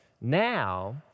now